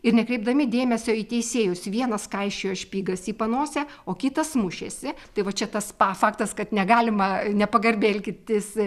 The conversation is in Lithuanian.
ir nekreipdami dėmesio į teisėjus vienas kaišiojo špygas į panosę o kitas mušėsi tai va čia tas pa faktas kad negalima nepagarbiai elgtis